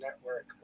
Network